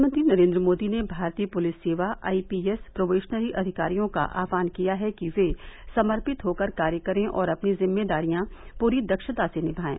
प्रधानमंत्री नरेन्द्र मोदी ने भारतीय पुलिस सेवा आईपीएस प्रोबेशनर अधिकारियों का आह्वान किया है कि वे समर्पित हो कर कार्य करें और अपनी जिम्मेदारियां पूरी दक्षता से निभाएं